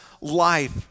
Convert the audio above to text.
life